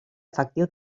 efectiu